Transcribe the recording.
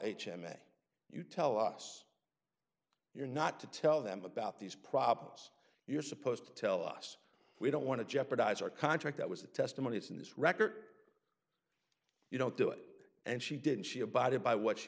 a you tell us you're not to tell them about these problems you're supposed to tell us we don't want to jeopardize our contract that was the testimony it's in this record you don't do it and she didn't she abided by what she